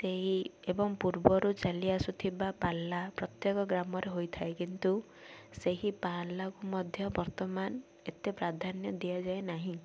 ସେହି ଏବଂ ପୂର୍ବରୁ ଚାଲି ଆସୁଥିବା ପାଲା ପ୍ରତ୍ୟେକ ଗ୍ରାମରେ ହୋଇଥାଏ କିନ୍ତୁ ସେହି ପାଲାକୁ ମଧ୍ୟ ବର୍ତ୍ତମାନ ଏତେ ପ୍ରାଧାନ୍ୟ ଦିଆଯାଏ ନାହିଁ